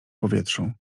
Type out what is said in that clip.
powietrzu